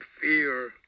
fear